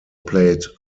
played